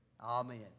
Amen